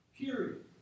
period